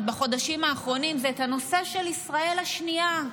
בחודשים האחרונים זה את הנושא של ישראל השנייה.